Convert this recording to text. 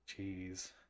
Jeez